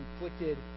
inflicted